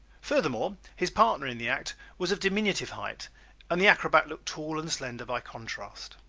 furthermore his partner in the act was of diminutive height and the acrobat looked tall and slender by contrast.